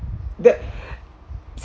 the